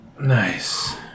Nice